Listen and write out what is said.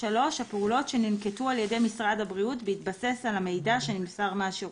3.הפעולות שננקטו על-ידי משרד הבריאות בהתבסס על המידע שנמסר מהשירות.